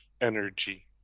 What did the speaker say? ...energy